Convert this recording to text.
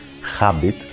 Habit